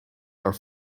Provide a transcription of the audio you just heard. are